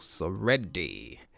already